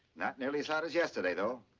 not and and as hot as yesterday though.